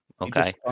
Okay